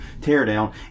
teardown